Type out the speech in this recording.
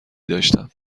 داشتم